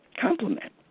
complement